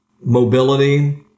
mobility